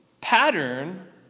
pattern